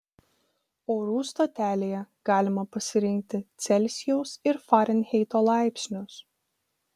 orų stotelėje galima pasirinkti celsijaus ir farenheito laipsnius